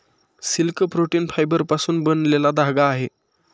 silk protein फायबरपासून बनलेला धागा आहे